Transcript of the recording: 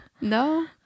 no